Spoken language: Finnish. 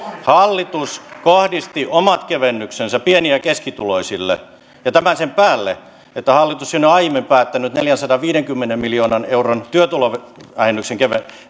hallitus kohdisti omat kevennyksensä pieni ja keskituloisille ja tämä sen päälle että hallitus on jo aiemmin päättänyt neljänsadanviidenkymmenen miljoonan euron työtulovähennyksestä